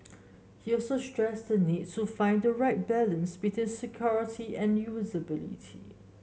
he also stressed the need to find the right balance between security and usability